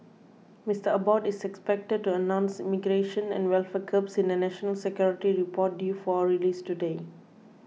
Mister Abbott is expected to announce immigration and welfare curbs in a national security report due for release today